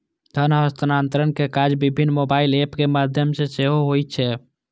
धन हस्तांतरण के काज विभिन्न मोबाइल एप के माध्यम सं सेहो होइ छै